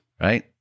right